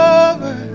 over